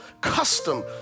custom